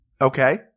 Okay